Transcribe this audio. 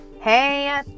Hey